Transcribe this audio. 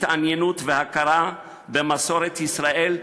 התעניינות והכרה במסורת ישראל,